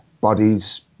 bodies